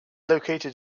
located